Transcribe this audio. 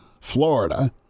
Florida